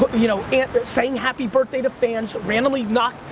but you know and saying happy birthday to fans, randomly knocking,